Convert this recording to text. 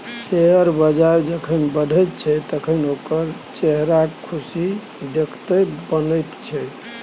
share बजार जखन बढ़ैत छै तखन ओकर चेहराक खुशी देखिते बनैत छै